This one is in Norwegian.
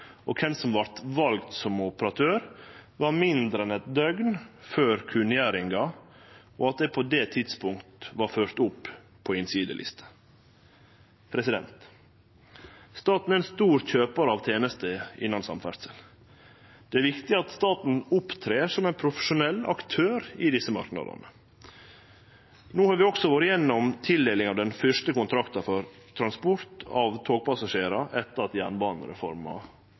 og kven som vart valt som operatør, er mindre enn eit døgn før kunngjeringa, og at eg på det tidspunktet vart ført opp på innsideliste. Staten er ein stor kjøpar av tenester innan samferdsel. Det er viktig at staten opptrer som ein profesjonell aktør i desse marknadane. No har vi også vore gjennom tildeling av den første kontrakten for transport av togpassasjerar etter at jernbanereforma